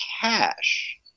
cash